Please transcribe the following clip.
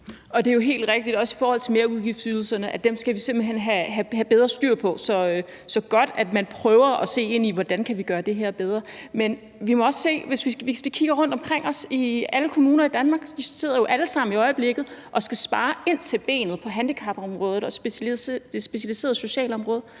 Det er jo helt rigtigt, også i forhold til merudgiftsydelserne. Dem skal vi simpelt hen have bedre styr på. Så det er godt, at man prøver at se ind i, hvordan vi kan gøre det her bedre. Men hvis vi kigger rundtomkring i alle kommuner i Danmark, kan vi også se, at de jo alle sammen i øjeblikket sidder og skal spare ind til benet på handicapområdet og det specialiserede socialområde.